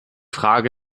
frage